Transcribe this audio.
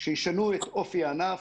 שישנו את אופי הענף.